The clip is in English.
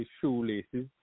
shoelaces